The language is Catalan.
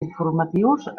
informatius